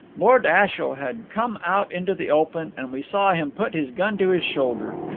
lord ashiel had come out into the open, and we saw him put his gun to his shoulder.